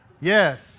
Yes